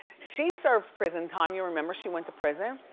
she served prison time, you remember she went to prison?